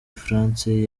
france